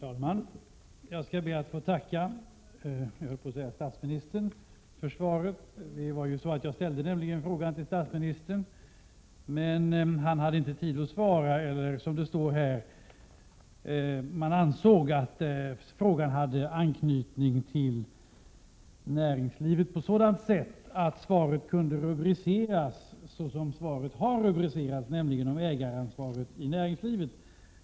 Herr talman! Jag skall be att få tacka statsrådet för svaret. Jag ställde min interpellation till statsministern, men han hade inte tid att svara eller, som det uttrycks i svaret, ansåg man att frågan hade anknytning till näringslivet på ett sådant sätt att svaret kunde rubriceras ”om ägaransvaret i näringslivet”.